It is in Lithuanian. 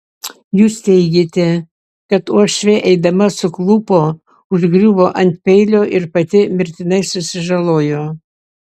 jūs teigiate kad uošvė eidama suklupo užgriuvo ant peilio ir pati mirtinai susižalojo